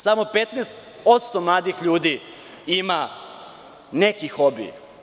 Samo 15% mladih ljudi ima neki hobi.